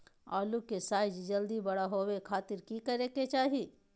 आलू के साइज जल्दी बड़ा होबे खातिर की करे के चाही?